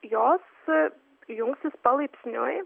jos jungsis palaipsniui